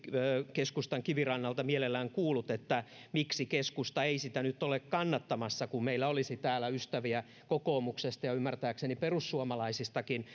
keskustan kivirannalta mielellään kuullut miksi keskusta ei sitä nyt ole kannattamassa kun meillä olisi täällä ystäviä kokoomuksesta ja ymmärtääkseni perussuomalaisistakin